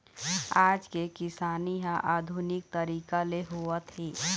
आज के किसानी ह आधुनिक तरीका ले होवत हे